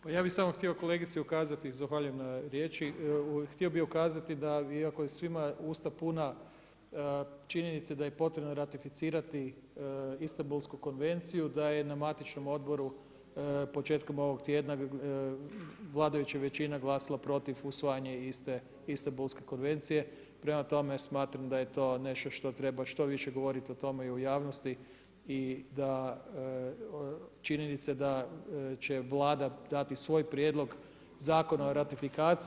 Pa ja bi samo htio kolegici ukazati, zahvaljujem na riječi, htio bi ukazati, iako da iako je svima Ustav puna činjenica da je potrebno ratificirati Istambulsku konvenciju, da je na matičnom odboru početkom ovog tjedna, vladajuća većina glasala protiv usvajanja Istambulske konvencije, prema tome smatram da je to nešto što treba što više govoriti o tome i u javnosti i da činjenica da će Vlada dati svoj prijedlog zakona o ratifikaciji.